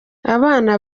abana